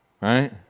Right